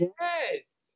Yes